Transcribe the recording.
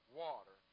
water